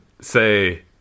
say